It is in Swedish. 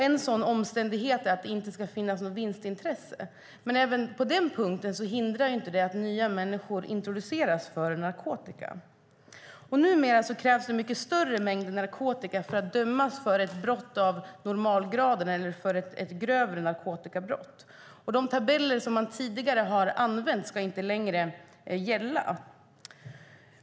En sådan omständighet är att det inte ska finnas något vinstintresse. Men även på den punkten hindrar det inte att nya människor introduceras för narkotika. Numera krävs en mycket större mängd narkotika för att dömas för ett brott av normalgraden eller för ett grövre narkotikabrott. Och de tabeller som man tidigare har använt ska inte längre gälla.